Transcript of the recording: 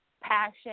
passion